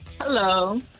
Hello